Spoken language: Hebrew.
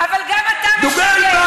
אבל גם אתה משקר.